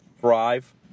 thrive